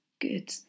good